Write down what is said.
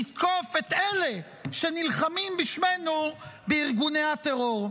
לתקוף את אלה שנלחמים בשמנו בארגוני הטרור.